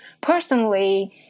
personally